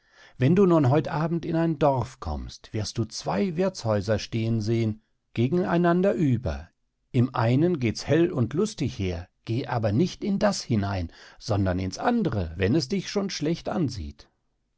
wenn du nun heut abend in ein dorf kommst wirst du zwei wirthshäuser stehen sehen gegeneinander über im einem gehts hell und lustig her geh aber nicht in das hinein sondern ins andere wenn es dich schon schlecht ansieht